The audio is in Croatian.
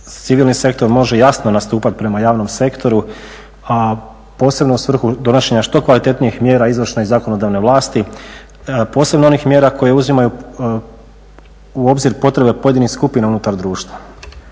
civilni sektor može jasno nastupati prema javnom sektoru a posebno u svrhu donošenja što kvalitetnijih mjera izvršne i zakonodavne vlasti, posebno onih mjera koje uzimaju u obzir potrebe pojedinih skupina unutar društva.